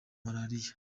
malariya